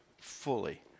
fully